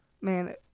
man